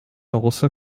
also